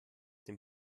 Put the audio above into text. dem